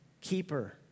keeper